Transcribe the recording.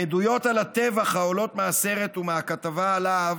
העדויות על הטבח העולות מהסרט ומהכתבה עליו